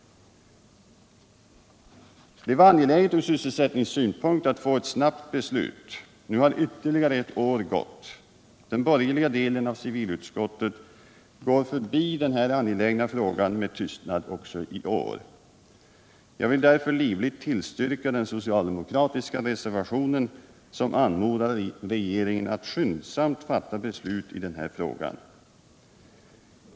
Från sysselsättningssynpunkt var det angeläget att då få ett snabbt beslut. Nu har ytterligare ett år gått. Den borgerliga delen av civilutskottet går förbi denna angelägna fråga med tystnad också i år. Jag vill därför livligt tillstyrka den socialdemokratiska reservationen 1, där regeringen anmodas att skyndsamt fatta beslut i denna fråga.